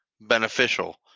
beneficial